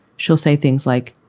she'll say things like,